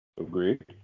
Agreed